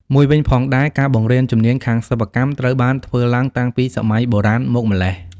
មួយវិញផងដែរការបង្រៀនជំនាញខាងសិប្បកម្មត្រូវបានធ្វើឡើងតាំងពីសម័យបុរាណមកម្លេះ។